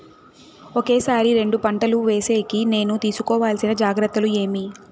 ఒకే సారి రెండు పంటలు వేసేకి నేను తీసుకోవాల్సిన జాగ్రత్తలు ఏమి?